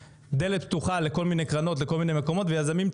ויזמים צעירים שהם מוכשרים וטובים ובאמת הולכים